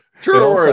True